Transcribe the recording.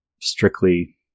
strictly